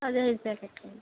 అది ఐదు ప్యాకెట్లు